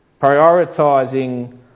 Prioritising